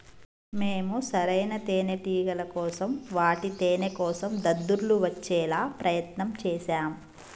మేము సరైన తేనేటిగల కోసం వాటి తేనేకోసం దద్దుర్లు వచ్చేలా ప్రయత్నం చేశాం